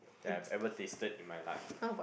that I've ever tasted in my life